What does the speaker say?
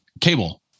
cable